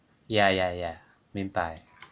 ya ya ya 明白